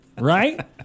right